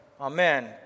Amen